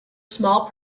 small